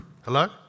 Hello